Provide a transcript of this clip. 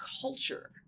culture